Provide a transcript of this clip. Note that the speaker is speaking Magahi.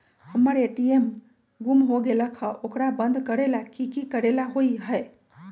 हमर ए.टी.एम गुम हो गेलक ह ओकरा बंद करेला कि कि करेला होई है?